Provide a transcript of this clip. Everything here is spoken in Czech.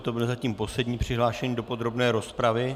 To byl zatím poslední přihlášený do podrobné rozpravy.